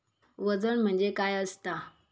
वजन म्हणजे काय असता?